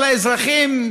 על האזרחים,